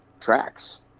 tracks